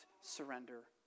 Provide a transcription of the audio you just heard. surrender